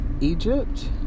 Egypt